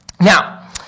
now